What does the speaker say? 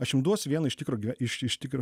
aš jum duos vieną iš tikro iš iš tikro